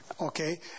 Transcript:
Okay